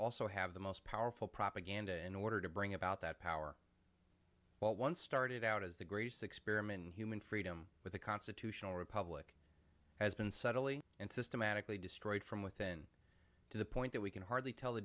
also have the most powerful propaganda in order to bring about that power what once started out as the greatest experiment in human freedom with a constitutional republic has been subtly and systematically destroyed from within to the point that we can hardly tell the